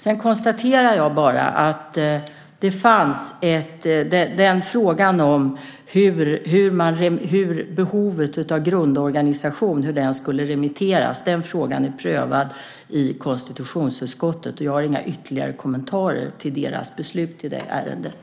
Jag konstaterar bara att beträffande hur frågan om behovet av grundorganisation skulle remitteras är detta prövat i konstitutionsutskottet, och jag har inga ytterligare kommentarer till deras beslut i det ärendet.